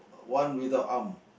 one without arm